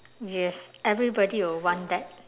yes everybody will want that